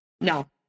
No